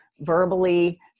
verbally